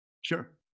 Sure